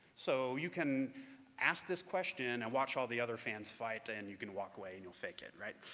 so you can ask this question and watch all the other fans fight and you can walk away and you'll fake it.